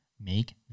make